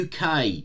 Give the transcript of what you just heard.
UK